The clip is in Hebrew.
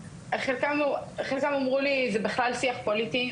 חלקם אמרו לי זה בכלל שיח פוליטי.